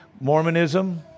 Mormonism